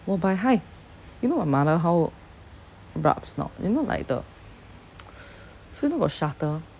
oh but hi you know my mother how rabz or not you know like the so you know got shutter